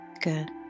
good